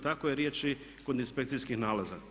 Tako je riječ i kod inspekcijskih nalaza.